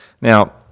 Now